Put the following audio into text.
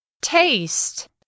taste